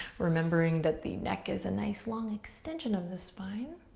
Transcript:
remembering that the neck is a nice long extension of the spine.